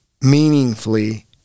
meaningfully